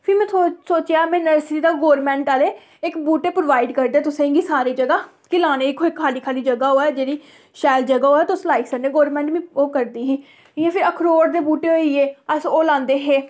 फ्ही में सोचेआ में नर्सरी दा गौररमेंट आह्ले इक बूह्टे प्रोवाइड करदे तुसें सारी जगह् लाने ई कोई खा'ल्ली खा'ल्ली जगह् होऐ जेह्ड़ी शैल जगह् होऐ तुस लाई सकने गौरमेंट बी ओह् करदी ही इ'यां फिर अखरोट दे बूह्टे होइये अस ओह् लांदे हे